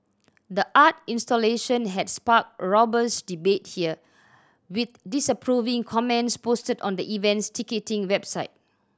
the art installation had sparked robust debate here with disapproving comments posted on the event's ticketing website